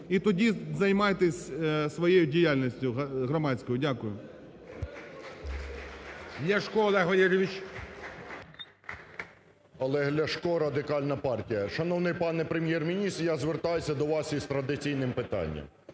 І тоді займайтесь своєю діяльністю громадською. Дякую.